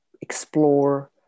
explore